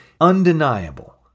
undeniable